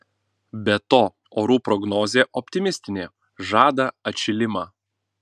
be to orų prognozė optimistinė žada atšilimą